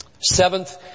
Seventh